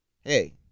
Hey